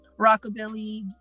rockabilly